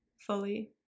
fully